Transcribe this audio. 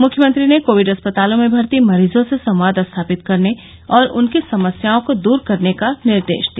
मुख्यमंत्री ने कोविड अस्पतालों में भर्ती मरीजों से संवाद स्थापित करने और उनकी समस्याओं को दूर करने का निर्देश दिया